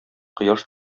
кояш